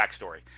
backstory